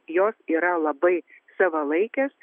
jos yra labai savalaikės